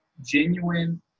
genuine